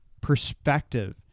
perspective